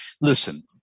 Listen